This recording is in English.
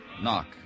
Knock